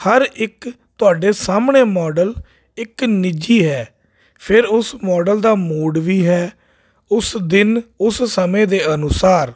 ਹਰ ਇੱਕ ਤੁਹਾਡੇ ਸਾਹਮਣੇ ਮਾਡਲ ਇੱਕ ਨਿੱਜੀ ਹੈ ਫਿਰ ਉਸ ਮਾਡਲ ਦਾ ਮੂਡ ਵੀ ਹੈ ਉਸ ਦਿਨ ਉਸ ਸਮੇਂ ਦੇ ਅਨੁਸਾਰ